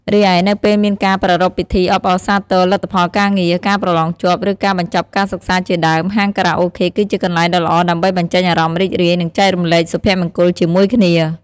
រីឯ នៅពេលមានការប្រារព្ធពិធីអបអរសារទរលទ្ធផលការងារ ការប្រឡងជាប់ ឬការបញ្ចប់ការសិក្សាជាដើម ហាងខារ៉ាអូខេគឺជាកន្លែងដ៏ល្អដើម្បីបញ្ចេញអារម្មណ៍រីករាយ និងចែករំលែកសុភមង្គលជាមួយគ្នា។